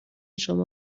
شما